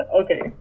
Okay